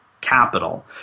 capital